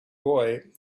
boy